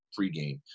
pregame